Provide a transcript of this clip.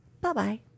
Bye-bye